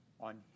on